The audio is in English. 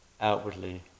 outwardly